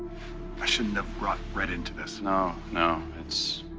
i shouldn't have brought brett into this. no, no, it's